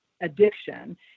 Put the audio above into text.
addiction